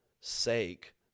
sake